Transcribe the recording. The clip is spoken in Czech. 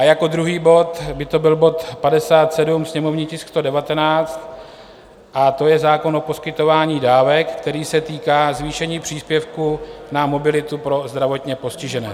A jako druhý bod by to byl bod 57, sněmovní tisk 119, zákon o poskytování dávek, který se týká zvýšení příspěvku na mobilitu pro zdravotně postižené.